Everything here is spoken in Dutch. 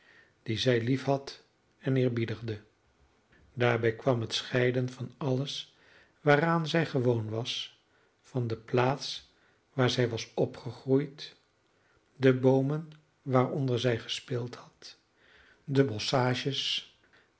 die zij liefhad en eerbiedigde daarbij kwam het scheiden van alles waaraan zij gewoon was van de plaats waar zij was opgegroeid de boomen waaronder zij gespeeld had de